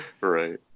right